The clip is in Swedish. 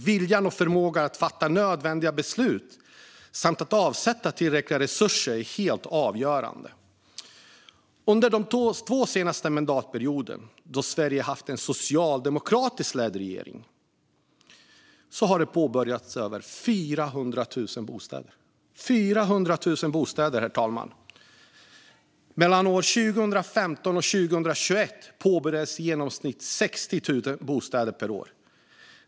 Viljan och förmågan att fatta nödvändiga beslut samt avsätta tillräckliga resurser är helt avgörande. Under de två senaste mandatperioderna, då Sverige haft socialdemokratiskt ledda regeringar, har byggandet av över 400 000 bostäder påbörjats. Mellan 2015 och 2021 påbörjades byggandet av i genomsnitt 60 000 bostäder per år.